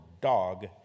dog